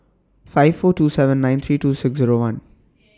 five four two seven nine three two six Zero one